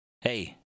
hey